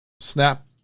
snap